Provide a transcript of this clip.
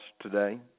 today